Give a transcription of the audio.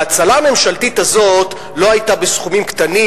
וההצלה הממשלתית הזאת לא היתה בסכומים קטנים